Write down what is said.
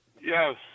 Yes